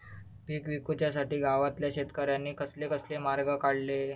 पीक विकुच्यासाठी गावातल्या शेतकऱ्यांनी कसले कसले मार्ग काढले?